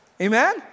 Amen